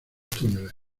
túneles